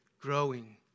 Growing